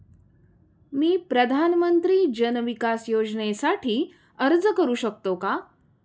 मी प्रधानमंत्री जन विकास योजनेसाठी अर्ज करू शकतो का?